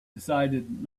decided